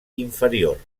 inferior